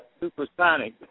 Supersonic